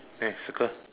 eh circle